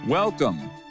Welcome